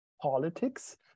Politics